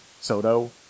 Soto